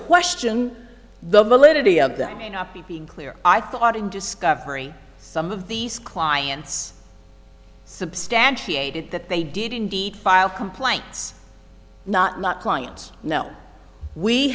question the validity of that may not be being clear i thought in discovery some of these clients substantiated that they did indeed file complaints not not clients no we